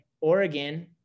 Oregon